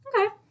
Okay